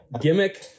gimmick